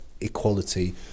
equality